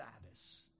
status